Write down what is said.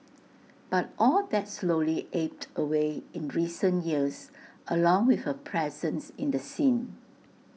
but all that slowly ebbed away in recent years along with her presence in the scene